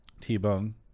T-Bone